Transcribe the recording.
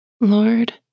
Lord